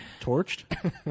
Torched